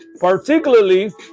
particularly